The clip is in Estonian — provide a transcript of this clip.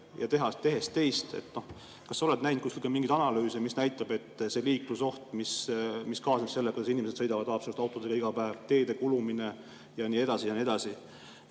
ühte ja tehes teist ... Noh, kas sa oled näinud kuskil ka mingeid analüüse, mis näitaksid, et liiklusoht, mis kaasneb sellega, et inimesed sõidavad Haapsalust autodega iga päev, teede kulumine ja nii edasi ja nii edasi,